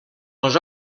les